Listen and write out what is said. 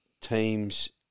teams